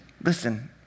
Listen